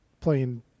playing